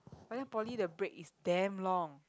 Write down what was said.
but then poly the break is damn long